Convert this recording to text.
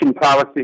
policy